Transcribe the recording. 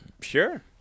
Sure